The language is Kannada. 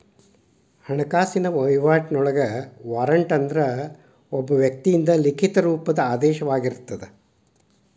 ಹಣಕಾಸಿನ ವಹಿವಾಟಿನೊಳಗ ವಾರಂಟ್ ಅಂದ್ರ ಒಬ್ಬ ವ್ಯಕ್ತಿಯಿಂದ ಲಿಖಿತ ರೂಪದ ಆದೇಶವಾಗಿರತ್ತ